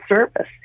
service